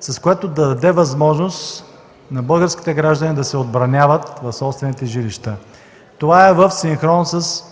с което да даде възможност на българските граждани да се отбраняват в собствените си жилища. Това е в синхрон със